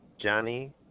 Johnny